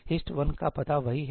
HIST 1 का पता वही है